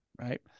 right